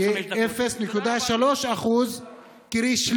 כ-0.3% קרי,